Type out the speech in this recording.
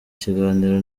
kiganiro